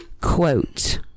Quote